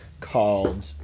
called